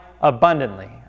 abundantly